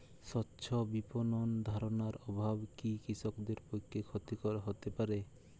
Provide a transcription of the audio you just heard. স্বচ্ছ বিপণন ধারণার অভাব কি কৃষকদের পক্ষে ক্ষতিকর হতে পারে?